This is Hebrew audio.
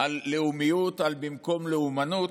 על לאומיות במקום לאומנות,